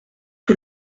que